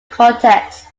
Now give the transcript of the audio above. cortex